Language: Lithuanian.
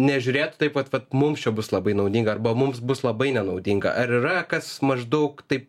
nežiūrėtų taip vat vat mums čia bus labai naudinga arba mums bus labai nenaudinga ar yra kas maždaug taip